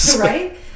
right